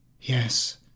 Yes